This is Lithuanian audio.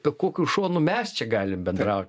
kokiu šonu mes čia galime bendraut